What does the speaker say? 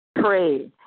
pray